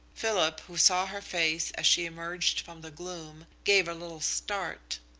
philip, who saw her face as she emerged from the gloom, gave a little start.